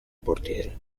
portiere